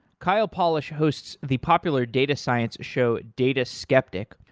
kyle polich hosts the popular data science show, data skeptic,